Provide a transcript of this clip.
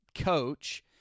coach